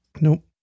Nope